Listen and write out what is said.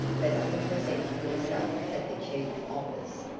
but on presenting himself at the chief office,